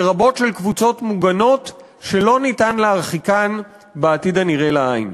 לרבות של קבוצות מוגנות שלא ניתן להרחיקן בעתיד הנראה לעין.